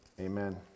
amen